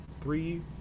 three